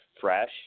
fresh